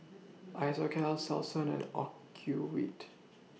Isocal Selsun and Ocuvite